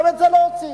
גם את זה לא עושים.